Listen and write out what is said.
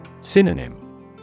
Synonym